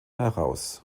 heraus